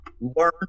learn